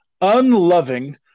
unloving